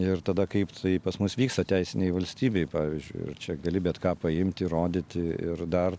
ir tada kaip pas mus vyksta teisinėj valstybėj pavyzdžiui čia gali bet ką paimti rodyti ir dar